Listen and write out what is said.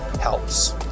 helps